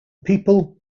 people